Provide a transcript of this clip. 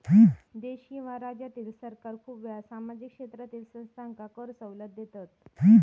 देश किंवा राज्यातील सरकार खूप वेळा सामाजिक क्षेत्रातील संस्थांका कर सवलत देतत